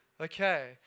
Okay